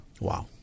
Wow